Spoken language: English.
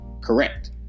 correct